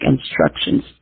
instructions